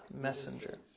messenger